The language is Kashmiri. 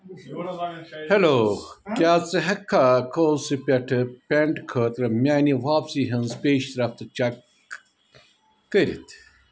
ہیلو کیٛاہ ژٕ ہیٚککھا کووسہِ پٮ۪ٹھٕ پینٹ خٲطرٕ میانہِ واپسی ہنٛز پیشرفت چیک کٔرتھ